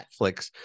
Netflix